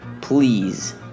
please